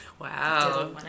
Wow